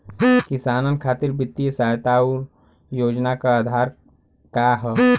किसानन खातिर वित्तीय सहायता और योजना क आधार का ह?